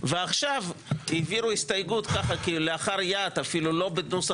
ועכשיו העבירו הסתייגות כלאחר יד אפילו לא בנוסח